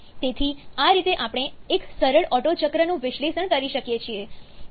તેથી આ રીતે આપણે એક સરળ ઓટ્ટો ચક્રનું વિશ્લેષણ કરી શકીએ છીએ